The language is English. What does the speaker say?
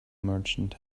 merchant